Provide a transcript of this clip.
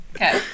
Okay